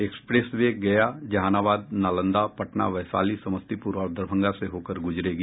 express way Gaya Jehanabad Nalanda Patna Vaishali Samastipur और दरभंगा से होकर गुजरेगी